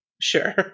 Sure